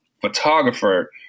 photographer